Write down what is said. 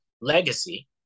legacy